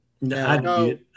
No